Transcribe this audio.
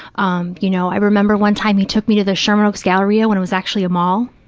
um you know, i remember one time he took me to the sherman oaks galleria when it was actually a mall,